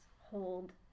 hold